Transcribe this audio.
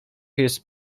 his